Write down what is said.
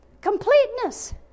completeness